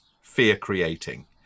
fear-creating